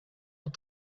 are